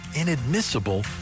inadmissible